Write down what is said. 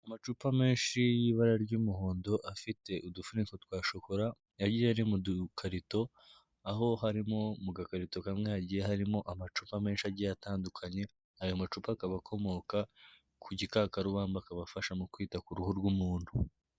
Amacupa menshi y'ibara ry'umuhondo, afite udufuniko twa shokora, agiye ari mu dukarito, aho harimo mu gakarito kamwe hagiye harimo amacupa menshi agiye atandukanye, ayo macupa akaba akomoka ku gikakarubamba. Akaba afasha mu kwita ku ruhu rw'umuntu.